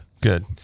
good